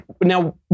Now